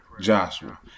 joshua